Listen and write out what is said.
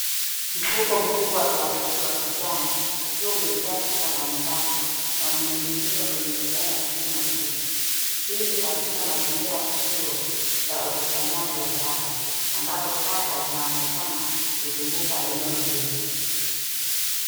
Mfuko mkubwa wa plastiki wa kijani ukiwa umejaa taka mbalimbali na umening'inizwa kwenye mizani ya kupima uzito. Hii ni katika mazingira ya kituo cha kufanya ukusanyaji wa taka ambapo taka zinaonekana kuzunguka eneo hili.